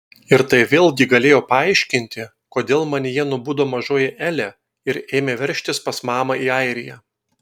ir tai vėlgi galėjo paaiškinti kodėl manyje nubudo mažoji elė ir ėmė veržtis pas mamą į airiją